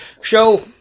show